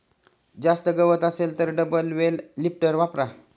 जास्त गवत असेल तर डबल बेल लिफ्टर वापरा